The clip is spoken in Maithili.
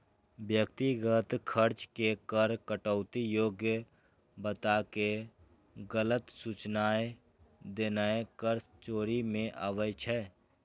व्यक्तिगत खर्च के कर कटौती योग्य बताके गलत सूचनाय देनाय कर चोरी मे आबै छै